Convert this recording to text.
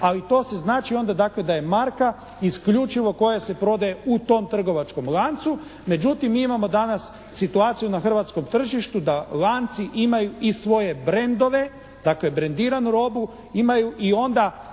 ali to se znači onda dakle da je marka isključivo koja se prodaju u tom trgovačkom lancu. Međutim, mi imamo danas situaciju na hrvatskom tržištu da lanci imaju i svoje brandove, dakle, brendiranu robu, imaju i onda